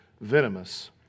venomous